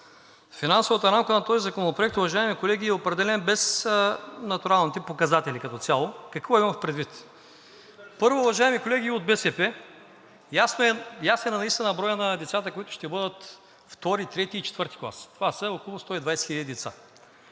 финансовата рамка на този законопроект, уважаеми колеги, е определен без натуралните показатели като цяло. Какво имам предвид? Първо, уважаеми колеги от БСП, ясен е наистина броят на децата, които ще бъдат II, III и IV клас. Това са около 120 хиляди деца.